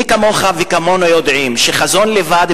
מי כמוך וכמונו יודעים שחזון לבד,